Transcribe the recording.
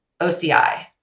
OCI